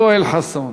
יואל חסון.